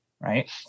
right